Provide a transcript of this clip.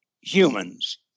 humans